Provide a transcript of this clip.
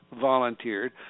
volunteered